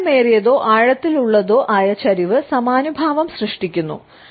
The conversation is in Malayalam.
ദൈർഘ്യമേറിയതോ ആഴത്തിലുള്ളതോ ആയ ചരിവ് സമാനുഭാവം സൃഷ്ടിക്കുന്നു